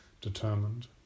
determined